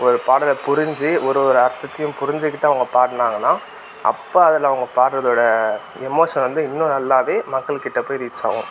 ஒரு பாடலை புரிஞ்சு ஒரு ஒரு அர்த்தத்தையும் புரிஞ்சுக்கிட்டு அவங்க பாடினாங்கன்னா அப்போ அதில் அவங்க பாடுவதோட எமோஷன் வந்து இன்னும் நல்லாவே மக்கள் கிட்ட போய் ரீச் ஆகும்